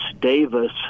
Davis